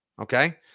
Okay